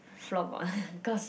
floorball cause